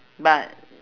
but